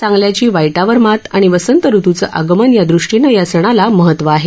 चांगल्याची वाईटावर मात आणि वसंत ऋतुचं आगमन या दृष्टीनं या सणाला महत्व आहे